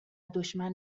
دشمن